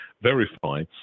verify